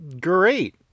Great